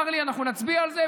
צר לי, אנחנו נצביע על זה.